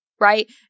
right